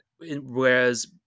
Whereas